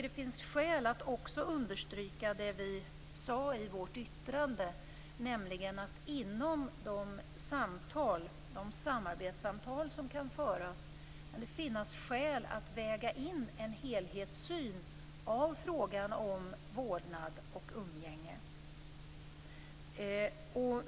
Det finns skäl att också understryka det vi sade i vårt yttrande, nämligen att det inom de samarbetssamtal som kan föras kan finnas skäl att väga in en helhetssyn på frågan om vårdnad och umgänge.